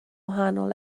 wahanol